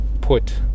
put